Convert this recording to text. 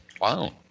Wow